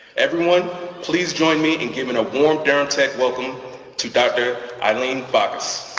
everyone please join me in giving a warm durham tech welcome to dr. eileen baccus.